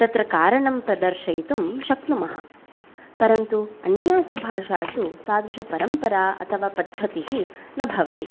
तत्र कारणं प्रदर्शयितुं शक्नुमः परन्तु अन्यासु भाषासु तादृशपरम्परा अथवा पद्धतिः न भवति